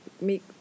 make